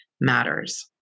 matters